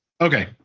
Okay